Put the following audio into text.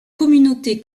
communauté